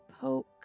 poke